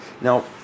Now